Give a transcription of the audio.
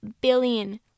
billion